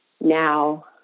now